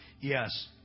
yes